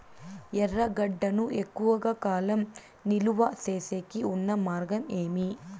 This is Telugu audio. ఎర్రగడ్డ ను ఎక్కువగా కాలం నిలువ సేసేకి ఉన్న మార్గం ఏమి?